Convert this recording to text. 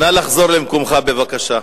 לוועדת העבודה, הרווחה והבריאות נתקבלה.